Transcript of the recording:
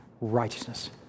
righteousness